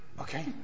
Okay